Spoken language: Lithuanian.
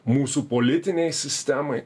mūsų politinei sistemai